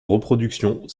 reproduction